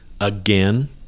again